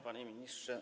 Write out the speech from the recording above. Panie Ministrze!